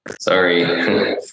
Sorry